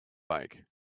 bike